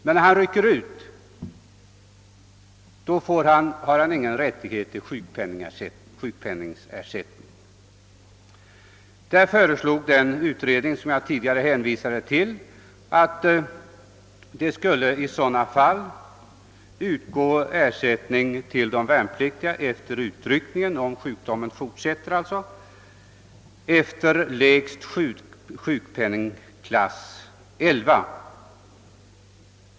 Men när han rycker ut har han ingen rätt till sjukpenning. Den utredning som jag tidigare hänvisade till föreslog att det i sådana fall skulle, efter utryckningen, utgå ersättning till de värnpliktiga efter lägst sjukpenningklass 11.